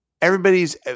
Everybody's